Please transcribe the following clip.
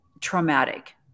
traumatic